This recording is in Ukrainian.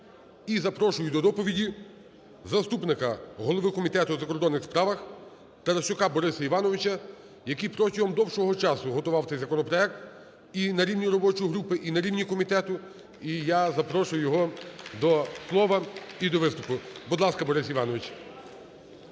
І запрошую до доповіді заступника голови Комітету у закордонних справах Тарасюка Бориса Івановича, який протягом довгого часу готував цей законопроект і на рівні робочої групи, і на рівні комітету. І я запрошую його до слова і до виступу. Будь ласка, Борис Іванович.